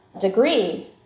degree